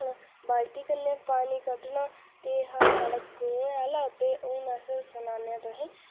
बाल्टी कन्नै पानी कड्ढना ते एह् हा साढ़ा कुएं आह्ला ते हून अस सनान्ने आं तुहेंगी